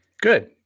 Good